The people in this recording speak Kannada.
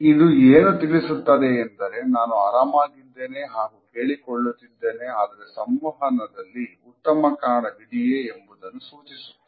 ಇದು ಏನು ತಿಳಿಸುತ್ತದೆ ಎಂದರು ನಾನು ಆರಾಮಾಗಿದ್ದೇನೆ ಹಾಗೂ ಕೇಳಿಕೊಳ್ಳುತ್ತಿದ್ದೇನೆ ಆದರೆ ಸಂವಹನದಲ್ಲಿ ಉತ್ತಮ ಕಾರಣವಿದೆಯೇ ಎಂಬುದನ್ನು ಸೂಚಿಸುತ್ತದೆ